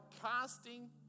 casting